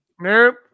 Nope